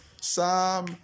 Psalm